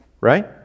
right